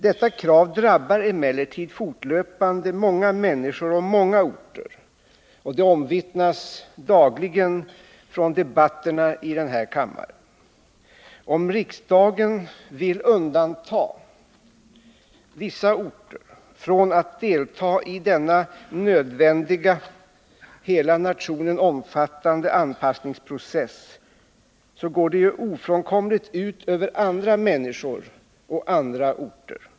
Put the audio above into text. Detta krav drabbar emellertid fortlöpande många människor och många orter, vilket dagligen omvittnas i debatterna här i kammaren. Om riksdagen vill undanta vissa orter från att delta i denna nödvändiga, hela nationen omfattande anpassningsprocess, så går detta ofrånkomligen ut över andra människor och andra orter.